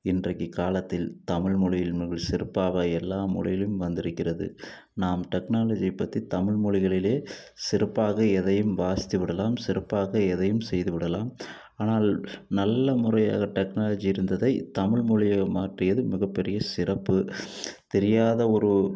இன்றைக்கு காலத்தில் தமிழ் மொழியில் மிக சிறப்பாக எல்லா மொழியிலும் வந்திருக்கிறது நாம் டெக்னாலஜி பற்றி தமிழ் மொழிகளிலே சிறப்பாக எதையும் வாசித்துவிடலாம் சிறப்பாக எதையும் செய்துவிடலாம் ஆனால் நல்ல முறையாக டெக்னாலஜி இருந்ததை தமிழ் மொழியில் மாற்றியது மிகப் பெரிய சிறப்பு தெரியாத ஒரு